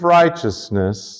righteousness